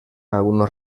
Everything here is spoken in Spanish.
algunos